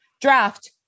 draft